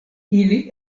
ili